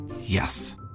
Yes